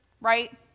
right